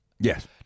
Yes